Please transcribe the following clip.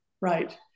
right